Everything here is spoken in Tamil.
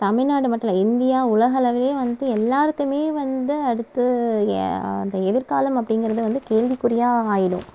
தமிழ்நாடு மட்டும் இல்லை இந்தியா உலகளவிலே வந்து எல்லாருக்குமே வந்து அடுத்து அந்த எதிர்காலம் அப்படிங்கிறது வந்து கேள்விக்குறியாக ஆகிடும்